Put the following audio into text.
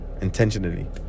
intentionally